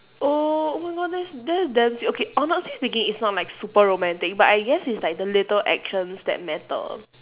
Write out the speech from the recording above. oh oh my god that is that's damn sweet okay honestly speaking it's not like not super romantic but I guess it's like the little actions that matter